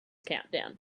countdown